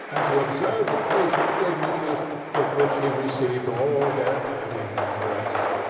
and to observe the patient dignity with which he received all their patting and caressing.